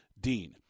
DEAN